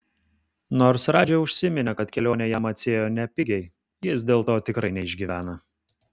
nors radži užsiminė kad kelionė jam atsiėjo nepigiai jis dėl to tikrai neišgyvena